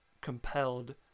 compelled